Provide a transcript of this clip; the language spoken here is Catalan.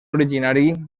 originari